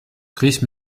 chris